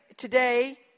Today